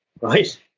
right